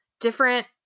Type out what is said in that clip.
Different